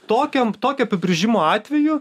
tokiom tokio apibrėžimo atveju